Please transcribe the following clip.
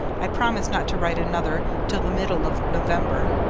i promise not to write another till the middle of november.